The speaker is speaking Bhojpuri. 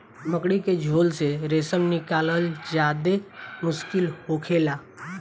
मकड़ी के झोल से रेशम निकालल ज्यादे मुश्किल होखेला